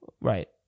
right